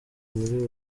muri